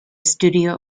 studio